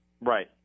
Right